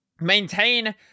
maintain